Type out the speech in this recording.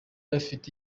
afite